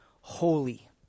holy